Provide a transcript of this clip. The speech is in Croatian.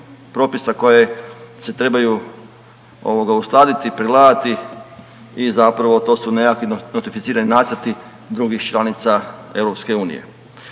koje se trebaju ovoga uskladiti, pregledati i zapravo to su nekakvi notificirani nacrti drugih članica EU.